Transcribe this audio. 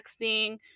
texting